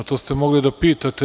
To ste mogli da pitate.